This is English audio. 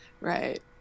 Right